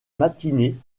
matinée